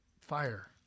fire